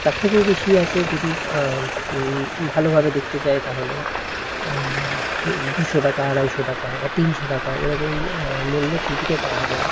তার থেকেও বেশি আছে যদি ভালোভাবে দেখতে চায় তাহলে দুশো টাকা আড়াইশো টাকা বা তিনশো টাকা এরকম মূল্যের টিকিটও পাওয়া যায়